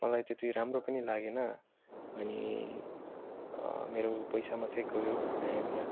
मलाई त्यति राम्रो पनि लागेन अनि मेरो पैसा मात्रै गयो एन्ड